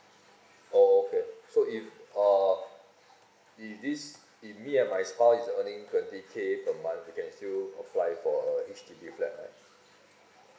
oh okay so if uh if this if me and my spouse is earning twenty K per month we can still apply for a H_D_B flat right